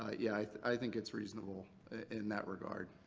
ah yeah i think it's reasonable in that regard.